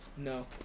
No